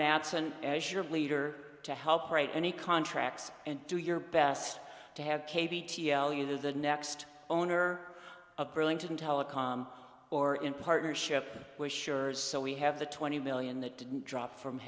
madsen as your leader to help write any contracts and do your best to have the next owner of burlington telecom or in partnership with sures so we have the twenty million that didn't drop from